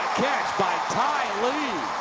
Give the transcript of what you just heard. by ty lee.